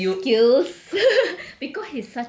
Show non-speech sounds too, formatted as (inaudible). !alamak! you kills (laughs)